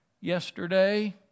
yesterday